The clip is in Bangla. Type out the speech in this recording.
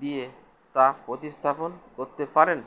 দিয়ে তা প্রতিস্থাপন করতে পারেন